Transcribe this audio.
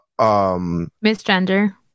misgender